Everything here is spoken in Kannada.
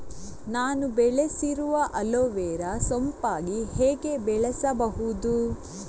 ನಾನು ಬೆಳೆಸಿರುವ ಅಲೋವೆರಾ ಸೋಂಪಾಗಿ ಹೇಗೆ ಬೆಳೆಸಬಹುದು?